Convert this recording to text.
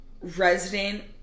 resident